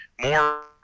more